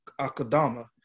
Akadama